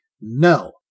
no